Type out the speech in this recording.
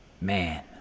Man